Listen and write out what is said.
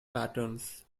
patterns